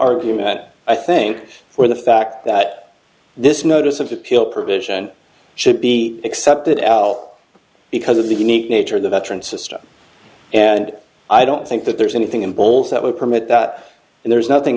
argument i think for the fact that this notice of appeal provision should be accepted al because of the unique nature of the veteran system and i don't think that there's anything in bowls that would permit that and there is nothing